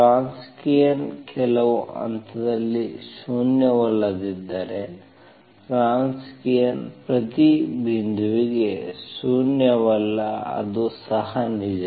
Wronskian ಕೆಲವು ಹಂತದಲ್ಲಿ ಶೂನ್ಯವಲ್ಲದಿದ್ದರೆ ವ್ರೊನ್ಸ್ಕಿಯನ್ ಪ್ರತಿ ಬಿಂದುವಿಗೆ ಶೂನ್ಯವಲ್ಲ ಅದು ಸಹ ನಿಜ